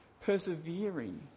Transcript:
persevering